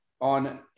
on